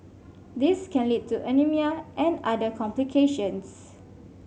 this can lead to anaemia and other complications